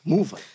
Move